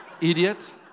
Idiot